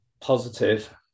positive